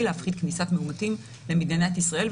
להפחית כניסת מאומתים למדינת ישראל,